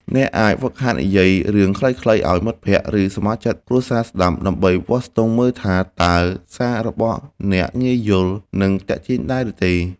អ្នកអាចហ្វឹកហាត់និយាយរឿងខ្លីៗឱ្យមិត្តភក្តិ ឬសមាជិកគ្រួសារស្ដាប់ ដើម្បីវាស់ស្ទង់មើលថា តើសាររបស់អ្នកងាយយល់ និងទាក់ទាញដែរឬទេ។